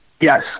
Yes